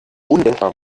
undenkbar